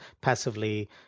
passively